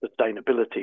sustainability